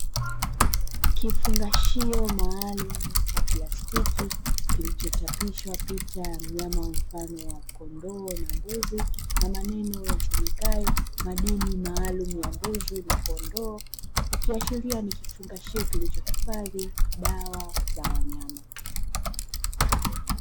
Kifungashio maalumu cha plastiki kilichochapishwa picha ya mnyama mfano wa kondoo na mbuzi na maneno yasomekayo "madini maalumu ya mbuzi na kondoo", ikiashiria nikifungashio kilichohifadhi dawa za wanyama.